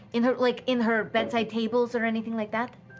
in her like in her bedside tables or anything like that?